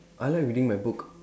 I like reading my book